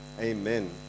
amen